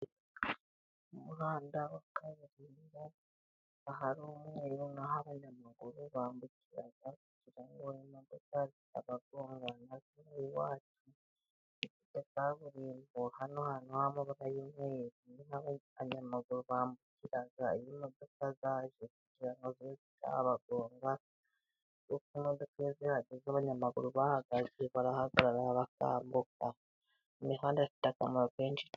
Mu muhanda wa kaburimbo, ahari umweru, ni aho abanyamaguru bambukira ngo imodoka mori zitabagonga. Hano hantuh'amabara y' umwerumuri kaburimbo ni aho abanyamaguru bambukira . Iyo modoka zaje abanyamaguru kuko imodoka yadi z'abanyamaguru bahagaze barahagarara bakambuka. Imihanda ifite akamaro kenshi.